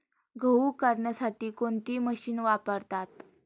गहू करण्यासाठी कोणती मशीन वापरतात?